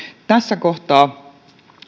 tässä kohtaa